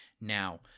Now